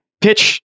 pitch